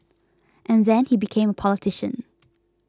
and then he became a politician